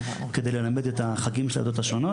כדי ללמד את החגים של העדות השונות.